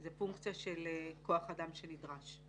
זה פונקציה של כוח-אדם שנדרש.